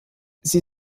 sie